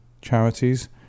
charities